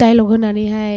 dialogue होनानैहाय